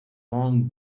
long